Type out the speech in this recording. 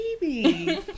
baby